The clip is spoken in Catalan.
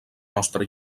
nostra